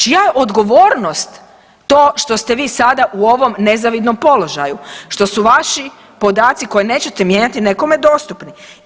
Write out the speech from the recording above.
Čija je odgovornost to što ste vi sada u ovom nezavidnom položaju, što su vaši podaci koje nećete mijenjati nekome dostupni?